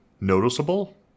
noticeable